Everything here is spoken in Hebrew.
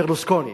ברלוסקוני,